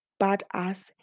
badass